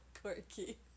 Quirky